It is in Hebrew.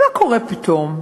ומה קורה פתאום?